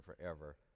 forever